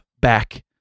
back